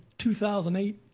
2008